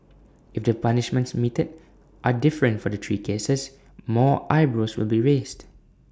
if the punishments meted are different for the three cases more eyebrows will be raised